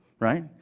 Right